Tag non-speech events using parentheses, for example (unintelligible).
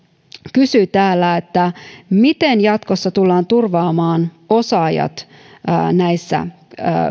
kysyi täällä (unintelligible) miten jatkossa tullaan turvaamaan osaajat näissä